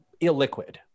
illiquid